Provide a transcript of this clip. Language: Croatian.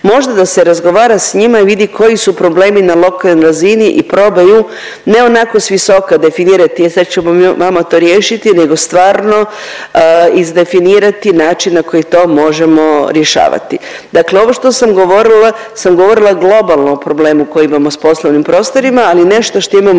Možda da se razgovara s njima i vidi koji su problemi na lokalnoj razini i probaju ne onako s visoka definirati e sad ćemo mi vama to riješiti nego stvarno izdefinirati način na koji to možemo rješavati. Dakle, ovo što sam govorila sam govorila globalno o problemu koji imamo s poslovnim prostorima, ali nešto što imamo